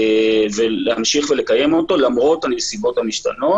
להמשיך לקיים את החוזה למרות הנסיבות המשתנות.